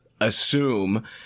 assume